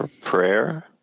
prayer